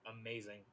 amazing